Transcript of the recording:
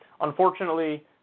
unfortunately